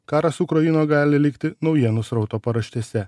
karas ukrainoj gali likti naujienų srauto paraštėse